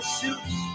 suits